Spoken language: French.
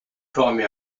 formé